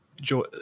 joy